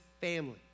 family